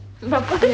berapa